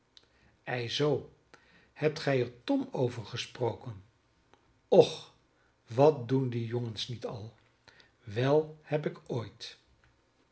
ei zoo hebt gij er tom over gesproken och wat doen die jongens niet al wel heb ik ooit